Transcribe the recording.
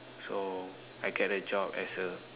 so I get a job as a